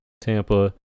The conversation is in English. Tampa